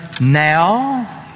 now